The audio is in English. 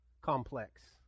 complex